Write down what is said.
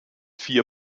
vier